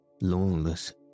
lawless